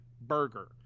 burger